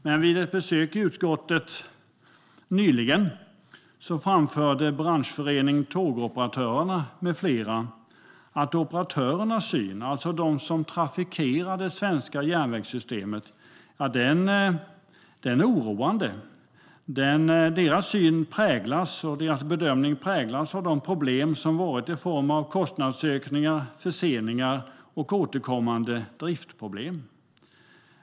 Men vid ett besök i utskottet nyligen framförde branschföreningen Tågoperatörerna med flera att synen från operatörerna, alltså dem som trafikerar det svenska järnvägssystemet, är oroande. Deras bedömning präglas av de problem som har varit i form av kostnadsökningar, förseningar och återkommande driftproblem.